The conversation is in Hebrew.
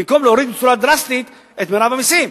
במקום להוריד בצורה דרסטית את מירב המסים.